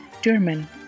German